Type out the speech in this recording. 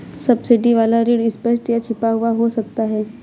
subsidy वाला ऋण स्पष्ट या छिपा हुआ हो सकता है